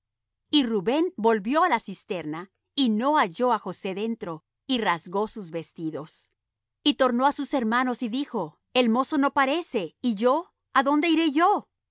y rubén volvió á la cisterna y no halló á josé dentro y rasgó sus vestidos y tornó á sus hermanos y dijo el mozo no parece y yo adónde iré yo